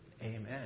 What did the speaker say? Amen